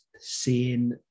Seeing